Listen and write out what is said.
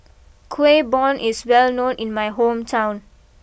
Kueh Bom is well known in my hometown